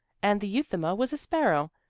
and the euthuma was a sparrow.